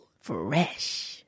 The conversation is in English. fresh